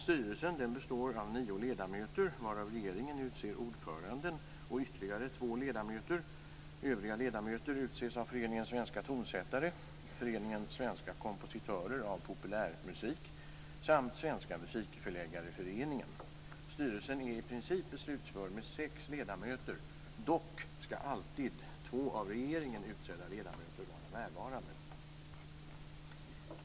Styrelsen består av nio ledamöter varav regeringen utser ordföranden och ytterligare två ledamöter. Övriga ledamöter utses av föreningen Svenska tonsättare, föreningen Svenska kompositörer av populärmusik samt Svenska musikförläggareföreningen. Styrelsen är i princip beslutsför med sex ledamöter; dock skall alltid två av regeringen utsedda ledamöter vara närvarande.